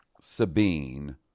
Sabine